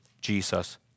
Jesus